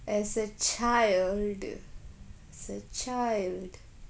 as a child as a child